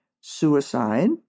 suicide